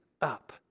up